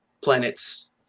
planets